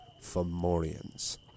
Fomorians